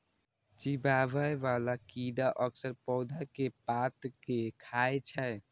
चिबाबै बला कीड़ा अक्सर पौधा के पात कें खाय छै